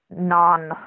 non